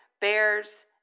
bears